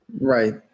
Right